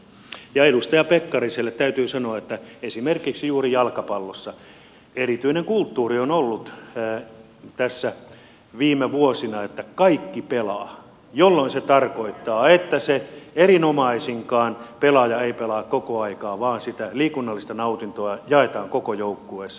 ja edustaja pekkariselle täytyy sanoa että esimerkiksi juuri jalkapallossa erityinen kulttuuri on ollut tässä viime vuosina että kaikki pelaa jolloin se tarkoittaa että se erinomaisinkaan pelaaja ei pelaa koko aikaa vaan sitä liikunnallista nautintoa jaetaan koko joukkueessa